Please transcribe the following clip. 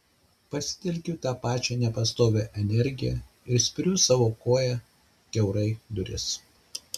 pasitelkiu tą pačią nepastovią energiją ir spiriu savo koja kiaurai duris